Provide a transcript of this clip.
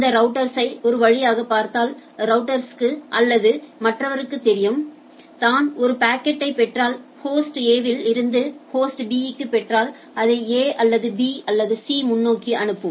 இந்த ரௌட்டர்ஸ்யை ஒரு வழியாக பார்த்தாள் ரௌட்டர்ஸ்க்கு அல்லது மற்றவருக்குத் தெரியும் தான் ஒரு பாக்கெட்டைப் பெற்றால் ஹோஸ்ட் a வில் இருந்து ஹோஸ்ட் b க்கு பெற்றால் அதை a அல்லது b அல்லது c க்கு முன்னோக்கி அனுப்பும்